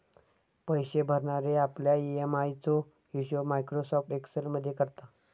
पैशे भरणारे आपल्या ई.एम.आय चो हिशोब मायक्रोसॉफ्ट एक्सेल मध्ये करता